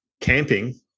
camping